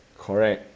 correct